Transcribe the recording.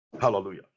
Hallelujah